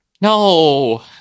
No